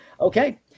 Okay